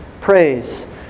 praise